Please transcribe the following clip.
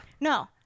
No